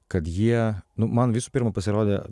kad jie nu man visų pirma pasirodė